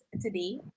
today